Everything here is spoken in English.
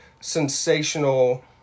sensational